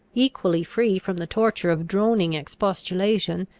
equally free from the torture of droning expostulation,